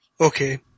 Okay